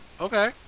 Okay